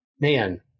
man